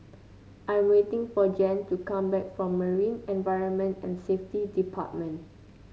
I am waiting for Jan to come back from Marine Environment and Safety Department